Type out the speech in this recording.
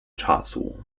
czasu